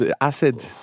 Acid